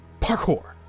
Parkour